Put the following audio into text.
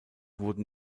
wurden